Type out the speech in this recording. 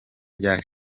rya